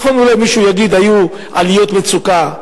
נכון, אולי מישהו יגיד: היו עליות מצוקה,